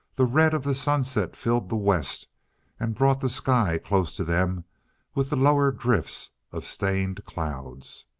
the red of the sunset filled the west and brought the sky close to them with the lower drifts of stained clouds.